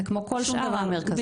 זה כמו כל שאר המרכזים.